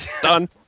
Done